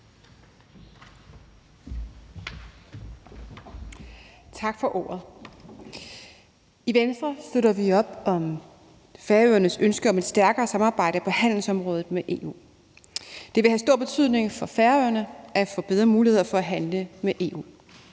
Tak for ordet. I Venstre støtter vi op om Færøernes ønske om et stærkere samarbejde på handelsområdet med EU. Det vil have stor betydning for Færøerne at få bedre muligheder for at handle med EU.